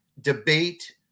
debate